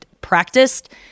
practiced